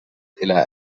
إلى